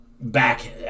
back